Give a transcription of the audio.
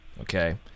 okay